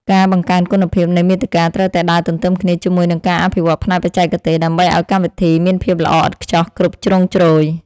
ការបង្កើនគុណភាពនៃមាតិកាត្រូវតែដើរទន្ទឹមគ្នាជាមួយនឹងការអភិវឌ្ឍផ្នែកបច្ចេកទេសដើម្បីឱ្យកម្មវិធីមានភាពល្អឥតខ្ចោះគ្រប់ជ្រុងជ្រោយ។